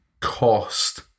cost